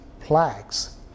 plaques